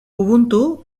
ubuntu